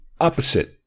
opposite